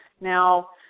Now